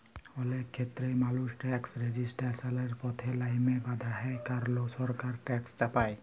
অলেক খ্যেত্রেই মালুস ট্যাকস রেজিসট্যালসের পথে লাইমতে বাধ্য হ্যয় কারল সরকার ট্যাকস চাপায়